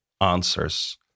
answers